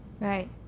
Right